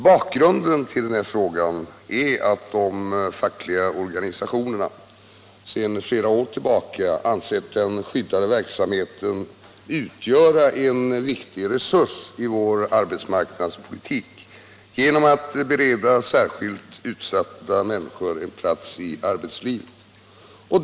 Bakgrunden till den här frågan är att de fackliga organisationerna sedan flera år tillbaka ansett den skyddade verksamheten utgöra en viktig resurs i vår arbetsmarknadspolitik genom att bereda särskilt utsatta människor en plats i arbetslivet.